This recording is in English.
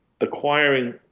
acquiring